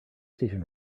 station